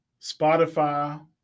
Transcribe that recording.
Spotify